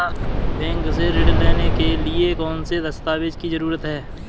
Bank से ऋण लेने के लिए कौन से दस्तावेज की जरूरत है?